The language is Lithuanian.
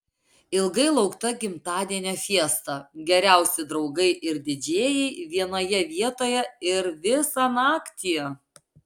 ilgai laukta gimtadienio fiesta geriausi draugai ir didžėjai vienoje vietoje ir visą naktį